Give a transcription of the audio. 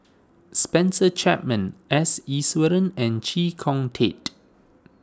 Spencer Chapman S Iswaran and Chee Kong Tet